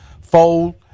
fold